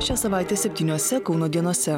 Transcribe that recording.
šią savaitę septyniose kauno dienose